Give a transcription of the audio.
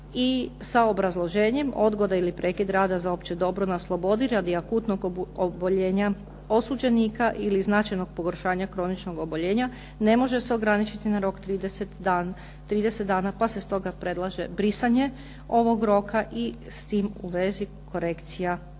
sa obrazloženjem odgoda ili prekid rada za opće dobro na slobodi radi akutnog oboljenja osuđenika ili značajnog pogoršanja kroničnog oboljenja ne može se ograničiti na rok 30 dana pa se stoga predlaže brisanje ovog roka i s tim u vezi korekcija stavka